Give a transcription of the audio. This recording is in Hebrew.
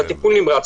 בטיפול נמרץ,